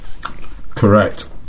Correct